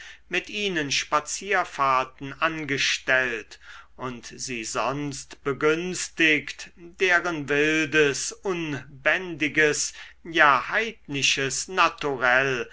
mit ihnen spazierfahrten angestellt und sie sonst begünstigt deren wildes unbändiges ja heidnisches naturell